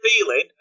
feeling